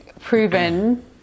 proven